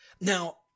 Now